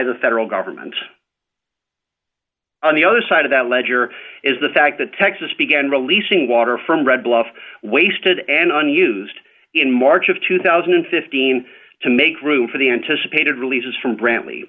the federal government on the other side of that ledger is the fact that texas began releasing water from red bluff wasted an unused in march of two thousand and fifteen to make room for the anticipated releases from bra